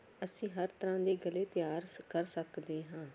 ਅਸੀਂ ਹਰ ਤਰਾਂ ਦੇ ਗਲੇ ਤਿਆਰ ਸ ਕਰ ਸਕਦੇ ਹਾਂ